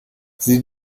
sieh